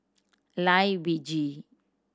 Lai Weijie